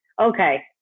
okay